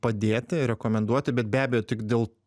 padėti rekomenduoti bet be abejo tik dėl